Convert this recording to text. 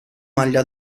maglia